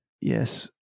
Yes